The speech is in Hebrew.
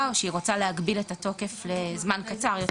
או שהיא רוצה להגביל את התוקף לזמן קצר יותר.